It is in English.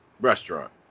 restaurant